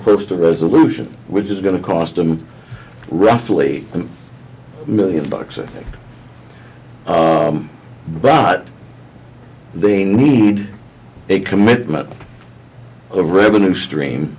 close to resolution which is going to cost them roughly a million bucks i think bought they need a commitment of revenue stream